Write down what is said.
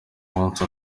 munsi